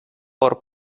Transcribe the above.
por